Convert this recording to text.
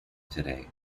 today